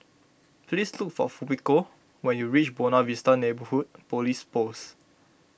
please look for Fumiko when you reach Buona Vista Neighbourhood Police Post